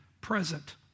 present